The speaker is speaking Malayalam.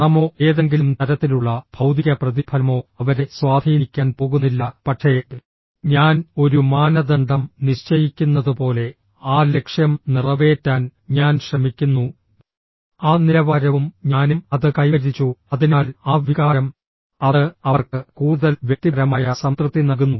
പണമോ ഏതെങ്കിലും തരത്തിലുള്ള ഭൌതിക പ്രതിഫലമോ അവരെ സ്വാധീനിക്കാൻ പോകുന്നില്ല പക്ഷേ ഞാൻ ഒരു മാനദണ്ഡം നിശ്ചയിക്കുന്നതുപോലെ ആ ലക്ഷ്യം നിറവേറ്റാൻ ഞാൻ ശ്രമിക്കുന്നു ആ നിലവാരവും ഞാനും അത് കൈവരിച്ചു അതിനാൽ ആ വികാരം അത് അവർക്ക് കൂടുതൽ വ്യക്തിപരമായ സംതൃപ്തി നൽകുന്നു